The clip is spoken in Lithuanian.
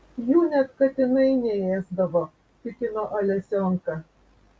jų net katinai neėsdavo tikino alesionka